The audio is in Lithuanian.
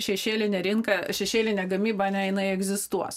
šešėlinė rinka šešėlinė gamyba ane jinai egzistuos